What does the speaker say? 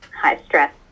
high-stress